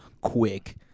quick